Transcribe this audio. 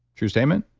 true statement?